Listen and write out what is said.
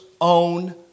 own